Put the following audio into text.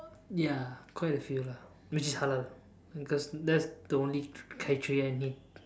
ya quite a few lah make sure is halal because that's the only criteria I need